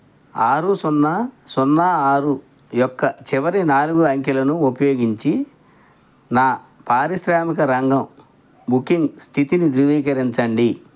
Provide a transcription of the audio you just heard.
ఆరు సున్నా సున్నా ఆరు యొక్క చివరి నాలుగు అంకెలను ఉపయోగించి నా పారిశ్రామిక రంగం బుకింగ్ స్థితిని ధృవీకరించండి